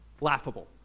laughable